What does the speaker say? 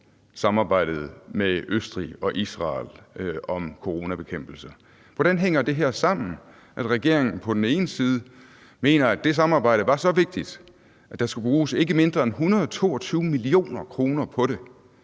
samarbejdet med Østrig og Israel om coronabekæmpelse. Hvordan hænger det sammen, at regeringen på den ene side mener, at det samarbejde var så vigtigt, at der skulle bruges ikke mindre end 122 mio. kr. på det,